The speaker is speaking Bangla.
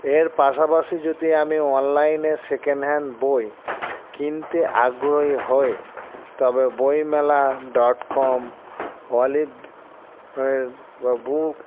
এর পাশাপাশি যদি আমি অনলাইনে সেকেন্ড হ্যান্ড বই কিনতে আগ্রহী হই তবে বইমেলা ডট কম অলিভ বা বুক